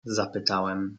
zapytałem